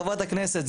חברת הכנסת,